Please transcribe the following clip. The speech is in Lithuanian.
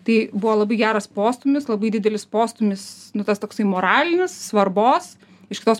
tai buvo labai geras postūmis labai didelis postūmis nu tas toksai moralinis svarbos iš kitos